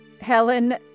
Helen